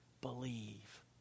believe